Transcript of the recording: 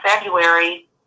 February